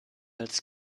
als